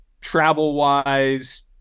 travel-wise